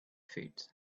fits